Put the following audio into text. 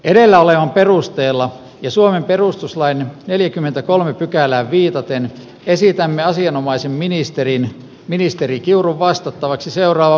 edellä olevan perusteella ja suomen perustuslain neljäkymmentäkolme pykälään viitaten esitämme asianomaisen ministerin ministeri kiuru vastattavaksi seuraa